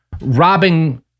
robbing